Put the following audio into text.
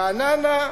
רעננה,